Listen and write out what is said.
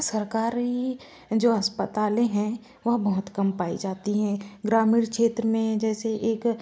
सरकारी जो अस्पतालें हैं वह बहुत कम पाई जाती हैं ग्रामीण क्षेत्र में जैसे एक